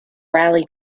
rally